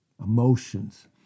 Emotions